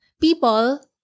people